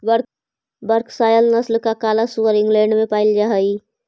Berkshire नस्ल का काला सुअर इंग्लैण्ड में पायिल जा हई